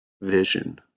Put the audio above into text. vision